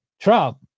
Trump